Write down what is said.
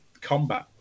combat